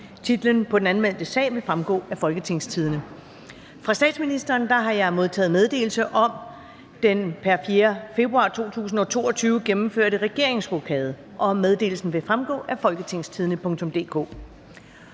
Titlen på den anmeldte sag vil fremgå af www.folketingstidende.dk (jf. ovenfor). Fra statsministeren har jeg modtaget meddelelse om den pr. 4. februar 2022 gennemførte regeringsrokade. Meddelelsen vil fremgå af www.folketingstidende.dk